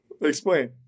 Explain